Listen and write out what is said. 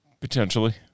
Potentially